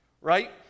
right